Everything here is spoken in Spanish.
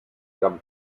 gran